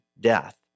death